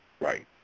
right